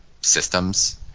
systems